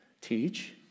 Teach